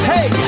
Hey